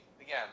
again